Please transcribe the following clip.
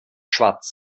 schwarz